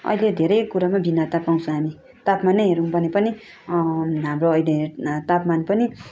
अहिले धेरै कुरामा भिन्नता पाउँछौँ हामी तापमानै हेरौँ भने पनि हाम्रो अहिले तापमान पनि